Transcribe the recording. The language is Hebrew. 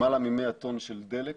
למעלה מ-100 טון של דלק